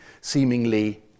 seemingly